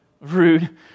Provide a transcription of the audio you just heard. rude